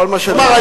כלומר,